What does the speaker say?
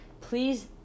please